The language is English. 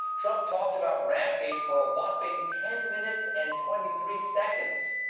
trump talked about rampgate for a whopping ten minutes and twenty three seconds.